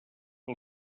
que